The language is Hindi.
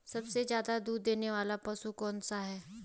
सबसे ज़्यादा दूध देने वाला पशु कौन सा है?